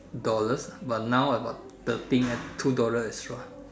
dollars but now about thirteen and two dollar extra